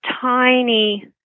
tiny